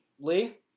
Lee